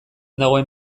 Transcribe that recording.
dagoen